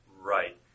right